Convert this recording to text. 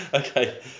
Okay